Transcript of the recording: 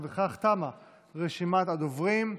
בכך תמה רשימת הדוברים.